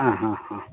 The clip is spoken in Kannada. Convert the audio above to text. ಹಾಂ ಹಾಂ ಹಾಂ